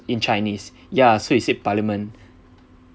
in chinese ya so he said parliament